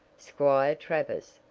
squire travers,